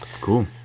cool